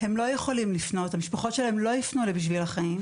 הם עושים מאמץ אדיר לעבוד על זה.